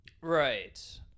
right